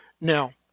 now